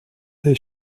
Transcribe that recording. they